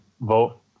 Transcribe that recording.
vote –